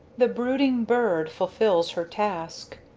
the brooding bird fulfills her task,